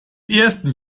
ersten